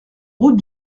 route